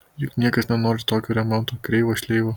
juk niekas nenori tokio remonto kreivo šleivo